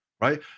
right